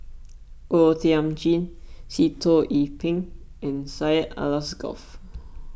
O Thiam Chin Sitoh Yih Pin and Syed Alsagoff